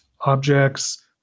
objects